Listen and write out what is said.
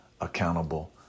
accountable